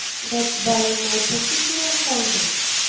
that, by my particular conduct,